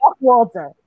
Walter